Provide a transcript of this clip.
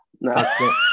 no